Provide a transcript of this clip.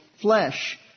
flesh